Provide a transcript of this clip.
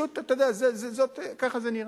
פשוט ככה זה נראה,